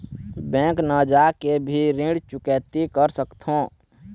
Bank न जाके भी ऋण चुकैती कर सकथों?